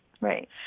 Right